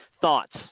thoughts